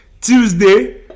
Tuesday